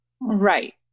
right